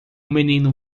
menino